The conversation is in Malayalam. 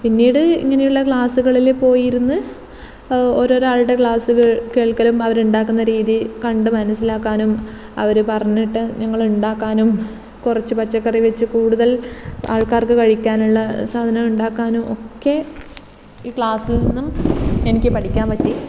പിന്നീട് ഇങ്ങനെയുള്ള ക്ലാസ്സുകളിൽ പോയിരുന്ന് ഓരോരോ ആളുടെ ക്ലാസ് കേൾക്കലും അവരുണ്ടാക്കുന്ന രീതി കണ്ട് മനസ്സിലാക്കാനും അവർ പറഞ്ഞിട്ട് ഞങ്ങൾ ഉണ്ടാക്കാനും കുറച്ച് പച്ചക്കറി വെച്ച് കൂടുതൽ ആൾക്കാർക്ക് കഴിക്കാനുള്ള സാധനം ഉണ്ടാക്കാനും ഒക്കെ ഈ ക്ലാസ്സിൽ നിന്നും എനിക്ക് പഠിക്കാൻ പറ്റി